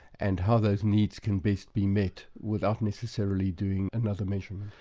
and how those needs can best be met without necessarily doing another measurement.